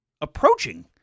approaching